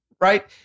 right